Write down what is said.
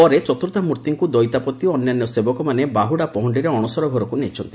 ପରେ ଚତୂର୍ବ୍ଧାମର୍ତ୍ଉଙ୍କ ଦଇତାପତି ଓ ଅନ୍ୟାନ୍ୟ ସେବକମାନେ ବାହୁଡା ପହ ଅଣସର ଘରକୁ ନେଇଛନ୍ତି